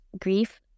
Grief